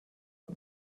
und